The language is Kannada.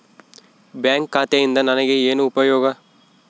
ಬ್ಯಾಂಕ್ ಖಾತೆಯಿಂದ ನನಗೆ ಏನು ಉಪಯೋಗ?